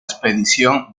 expedición